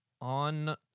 on